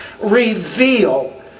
reveal